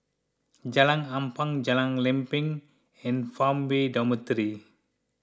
Jalan Ampang Jalan Lempeng and Farmway Dormitory